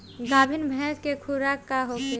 गाभिन भैंस के खुराक का होखे?